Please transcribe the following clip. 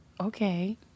Okay